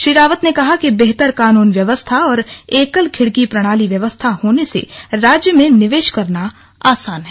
श्री रावत ने कहा कि बेहतर कानून व्यवस्था और एकल खिड़की प्रणाली व्यवस्था होने से राज्य में निवेश करना आसान है